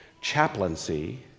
chaplaincy